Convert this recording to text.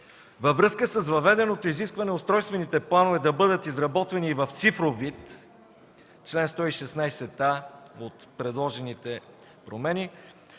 Във връзка с въведеното изискване устройствените планове да бъдат изработвани и в цифров вид – чл. 116а от Закона за